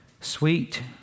sweet